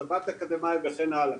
הסבת אקדמאים וכן הלאה.